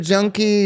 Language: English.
Junkie